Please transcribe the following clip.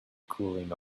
cooling